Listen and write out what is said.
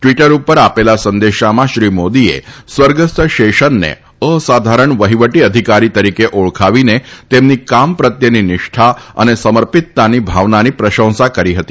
Twitter ઉપર આપેલા સંદેશામાં શ્રી મોદીએ સ્વર્ગસ્થ શેષનને અસાધારણ વહિવટી અધિકારી તરીકે ઓળખાવીને તેમની કામ પ્રત્યેની નિષ્ઠા અને સમર્પિતતાની ભાવનાની પ્રશંસા કરી હતી